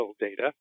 data